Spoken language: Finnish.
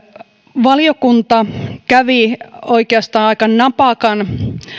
valiokunta kävi oikeastaan aika napakan